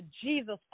Jesus